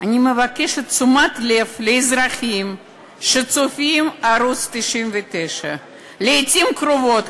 אני מבקשת תשומת לב לאזרחים שצופים בערוץ 99. לעתים קרובות,